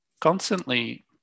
constantly